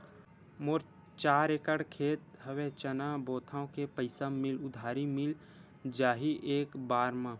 मोर चार एकड़ खेत हवे चना बोथव के पईसा उधारी मिल जाही एक बार मा?